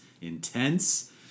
intense